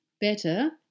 better